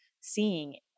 seeing